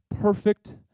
perfect